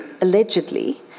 allegedly